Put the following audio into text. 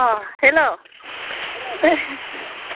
अ हेल'